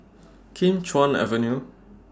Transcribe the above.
Kim Chuan Avenue